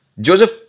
Joseph